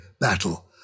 battle